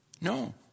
No